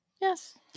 yes